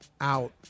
out